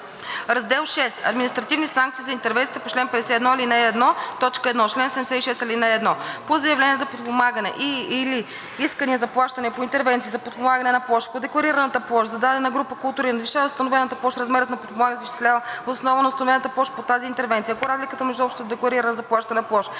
Раздел VI – Административни санкции за интервенциите по чл. 52, ал. 1, т. 1 Чл. 76. (1) По заявления за подпомагане и/или искания за плащане по интервенции за подпомагане на площ, ако декларираната площ за дадена група култури надвишава установената площ, размерът на подпомагането се изчислява въз основа на установената площ по тази интервенция. Ако разликата между общата декларирана за плащане площ